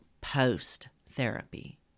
post-therapy